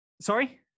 Sorry